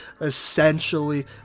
essentially